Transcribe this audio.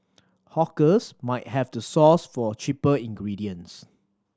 hawkers might have to source for cheaper ingredients